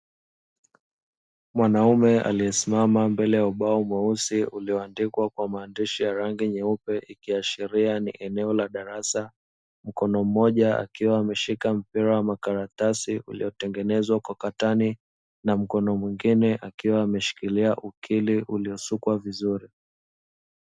Mwanaume aliyesimama mbele ya ubao mweusi, ulioandikwa kwa maandishi ya rangi nyeupe ikiashiria ni eneo la darasa, mkono mmoja akiwa ameshika mpira wa makaratasi uliotengenezwa kwa katani, na mkono mwingine akiwa ameshikilia ukili uliosukwa vizuri.